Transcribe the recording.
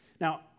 Now